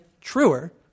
truer